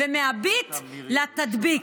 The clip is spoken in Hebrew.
ומהביט, לתדביק.